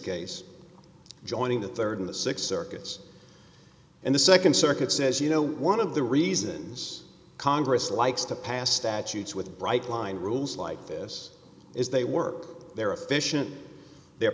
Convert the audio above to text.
case joining the rd in the six circuits and the nd circuit says you know one of the reasons congress likes to pass statutes with bright line rules like this is they work their efficient they're